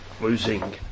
losing